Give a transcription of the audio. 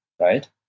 right